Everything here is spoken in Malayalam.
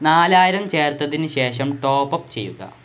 നാലായിരം ചേർത്തതിന് ശേഷം ടോപ്പ് അപ്പ് ചെയ്യുക